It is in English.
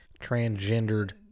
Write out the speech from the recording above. transgendered